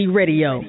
radio